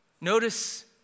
Notice